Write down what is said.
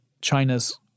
China's